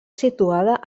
situada